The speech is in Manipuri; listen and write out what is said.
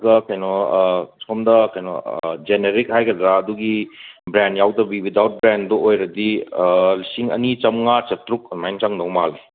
ꯑꯗꯨꯒ ꯀꯩꯅꯣ ꯁꯣꯝꯗ ꯀꯩꯅꯣ ꯖꯦꯅꯦꯔꯤꯛ ꯍꯥꯏꯒꯗ꯭ꯔ ꯑꯗꯨꯒꯤ ꯕ꯭ꯔꯦꯟ ꯌꯥꯎꯗꯕꯤ ꯋꯤꯗꯥꯎꯠ ꯕ꯭ꯔꯦꯟꯗꯣ ꯑꯣꯏꯔꯗꯤ ꯂꯤꯁꯤꯡ ꯑꯅꯤ ꯆꯥꯝꯃꯉꯥ ꯆꯥꯇ꯭ꯔꯨꯛ ꯑꯗꯨꯃꯥꯏꯅ ꯆꯪꯗꯧ ꯃꯥꯜꯂꯦ